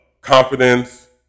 confidence